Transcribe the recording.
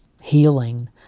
healing